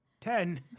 ten